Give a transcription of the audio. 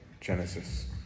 Genesis